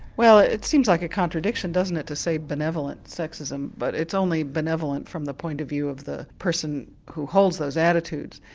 well it seems like a contradiction, doesn't it, to say benevolent sexism but it's only benevolent from the point of view of the person who holds those attitudes.